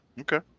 Okay